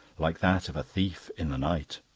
like that of a thief in the night.